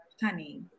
honey